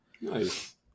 Nice